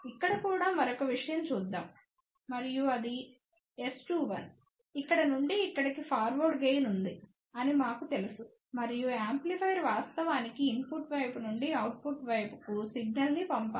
ఇక్కడ కూడా మరొక విషయం చూద్దాం మరియు అది S21 ఇక్కడ నుండి ఇక్కడికి ఫార్వర్డ్ గెయిన్ ఉంది అని మాకు తెలుసు మరియు యాంప్లిఫైయర్ వాస్తవానికి ఇన్పుట్ వైపు నుండి అవుట్పుట్ వైపుకు సిగ్నల్ ని పంపాలి